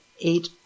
eight